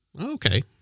okay